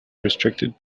restricted